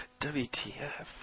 WTF